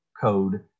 code